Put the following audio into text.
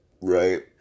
Right